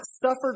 suffered